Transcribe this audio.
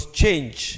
change